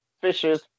fishes